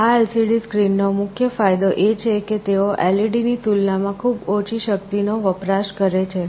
આ LCD screen નો મુખ્ય ફાયદો એ છે કે તેઓ LED ની તુલના માં ખૂબ ઓછી શક્તિ નો વપરાશ કરે છે